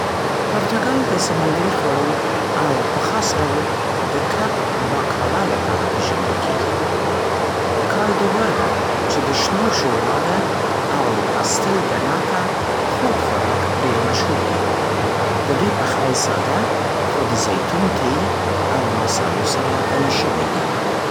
پرتګال د سمندري خوړو او پخ خاص ډول د کب «باکالا» لپاره پېژندل کېږي. «کالدو ورده» چې د شنو شوروا ده، او «پاستېل ده ناتا» خوږ خوراک ډېر مشهور دي. د دوی پخلی ساده، خو د زیتون تېل او مصالحو سره غني شوی دی.